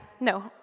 no